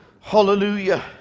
Hallelujah